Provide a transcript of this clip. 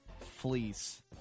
fleece